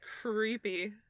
Creepy